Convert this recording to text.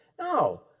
No